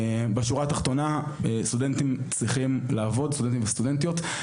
בשורה התחתונה סטודנטים וסטודנטיות צריכים לעבוד והשביתה